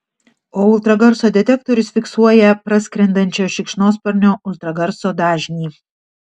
o ultragarso detektorius fiksuoja praskrendančio šikšnosparnio ultragarso dažnį